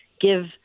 give –